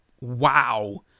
wow